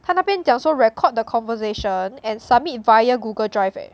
他那边讲说 record the conversation and submit via google drive eh